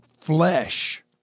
flesh